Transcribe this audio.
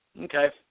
Okay